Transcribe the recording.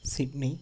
Sydney